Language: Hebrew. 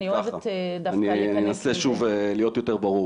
אני אוהבת דווקא להיכנס -- אני אנסה להיות יותר ברור,